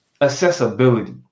accessibility